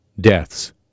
deaths